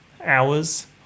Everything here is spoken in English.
hours